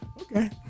Okay